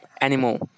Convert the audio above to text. anymore